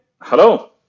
Hello